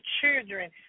children